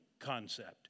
concept